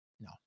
No